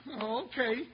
Okay